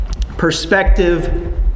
Perspective